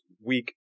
week